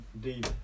Deep